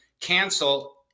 cancel